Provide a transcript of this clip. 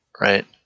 right